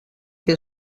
que